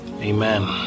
amen